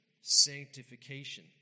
sanctification